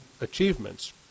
achievements